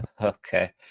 Okay